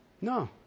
No